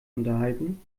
unterhalten